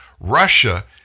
Russia